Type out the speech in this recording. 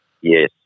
Yes